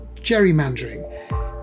gerrymandering